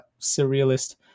surrealist